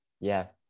Yes